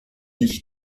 nicht